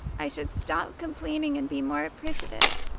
i should stop complaining and be more appreciative.